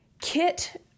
Kit